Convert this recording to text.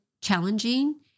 challenging